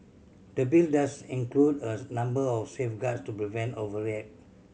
the Bill does include a number of safeguards to prevent overreach